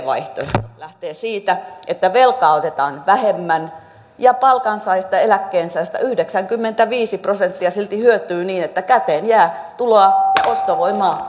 vaihtoehto lähtee siitä että velkaa otetaan vähemmän ja palkansaajista ja eläkkeensaajista yhdeksänkymmentäviisi prosenttia silti hyötyy niin että käteen jää tuloa ja ostovoimaa